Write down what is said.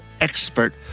expert